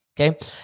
Okay